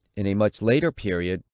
in a much later period,